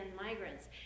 migrants